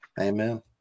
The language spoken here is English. Amen